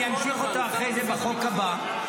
אני אמשיך אותו אחרי זה בחוק הבא,